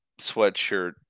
sweatshirt